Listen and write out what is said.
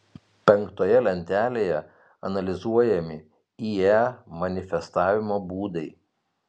penktoje lentelėje analizuojami ie manifestavimo būdai